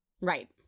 right